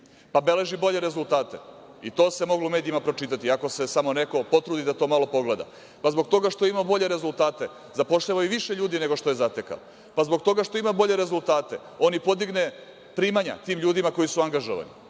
pa beleži bolje rezultate i to se moglo u medijima pročitati, ako se samo neko potrudi da to pogleda. Pa, zbog toga što ima bolje rezultate, zapošljava i više ljudi nego što je zatekao, pa zbog toga što ima bolje rezultate, on i podigne primanja tim ljudima koji su angažovani,